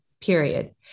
period